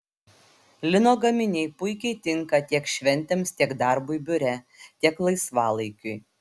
lino gaminiai puikiai tinka tiek šventėms tiek darbui biure tiek laisvalaikiui